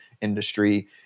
industry